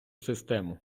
систему